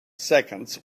seconds